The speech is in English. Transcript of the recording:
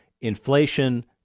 inflation